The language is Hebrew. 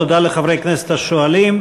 תודה לחברי הכנסת השואלים.